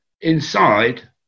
inside